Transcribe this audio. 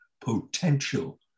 potential